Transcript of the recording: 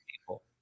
people